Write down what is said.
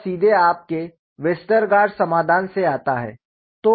यह सीधे आपके वेस्टरगार्ड समाधान से आता है